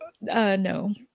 no